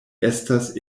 estas